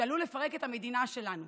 שעלול לפרק את המדינה שלנו.